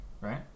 right